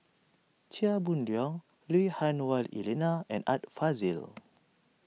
Chia Boon Leong Lui Hah Wah Elena and Art Fazil